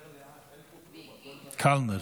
מיקי,